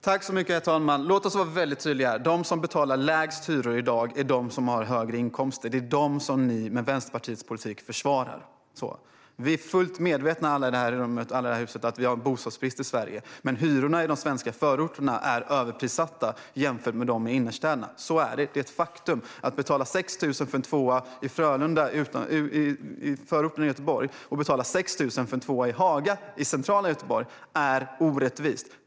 Herr talman! Låt oss vara väldigt tydliga: De som betalar lägst hyror i dag är de som har högre inkomster. Det är dem som ni, med Vänsterpartiets politik, försvarar. Alla i detta rum och alla i detta hus är fullt medvetna om att vi har bostadsbrist i Sverige. Men hyrorna i de svenska förorterna är överprissatta jämfört med dem i innerstäderna. Så är det - det är ett faktum. Att man betalar 6 000 för en tvåa i Frölunda, en förort till Göteborg, samtidigt som någon annan betalar 6 000 för en tvåa i Haga, i centrala Göteborg, är orättvist.